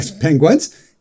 penguins